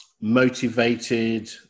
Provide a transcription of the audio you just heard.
motivated